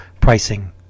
pricing